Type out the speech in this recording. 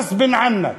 ראס בין ענכ,